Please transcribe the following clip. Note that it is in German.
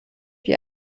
wie